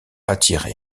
attiré